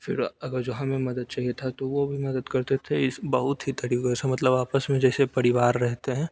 फिर अगर जो हमें मदद चाहिए था तो वो भी मदद करते थे इस बहुत ही तरीके से मतलब आपस में जैसे परिवार रहते हैं